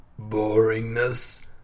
boringness